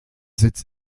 sitz